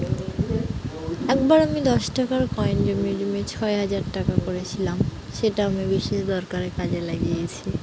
একবার আমি দশ টাকার কয়েন জমিয়ে জমিয়ে ছয় হাজার টাকা করেছিলাম সেটা আমি বিশেষ দরকারে কাজে লাগিয়েছি